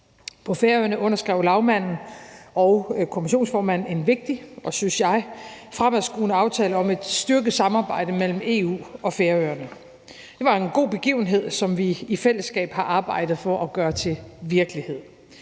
På Færøerne underskrev lagmanden og kommissionsformanden en vigtig og, synes jeg, fremadskuende aftale om et styrket samarbejde mellem EU og Færøerne. Det var en god begivenhed, som vi i fællesskab har arbejdet på at gøre til virkelighed.